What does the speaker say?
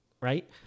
right